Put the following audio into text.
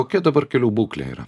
kokia dabar kelių būklė yra